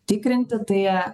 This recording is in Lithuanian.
tikrinti tai